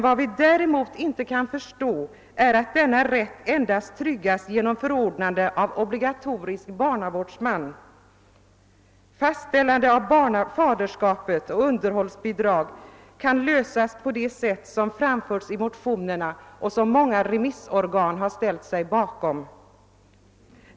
Vad vi däremot inte kan förstå är att denna rätt endast tryggas genom obligatoriskt förordnande av barnavårdsman. Frågor om fastställande av faderskap och om underhållsbidrag kan lösas på det sätt som framhållits i motionerna och som många remissorgan har ställt sig bakom.